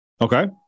Okay